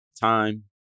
time